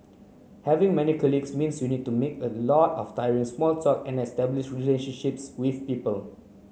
having many colleagues means you need to make a lot of tiring small talk and establish relationships with people